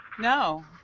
No